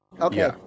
Okay